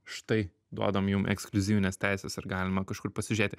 štai duodam jum ekskliuzyvines teises ir galima kažkur pasižiūrėti